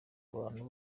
abantu